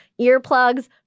earplugs